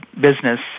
business